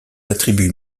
attributs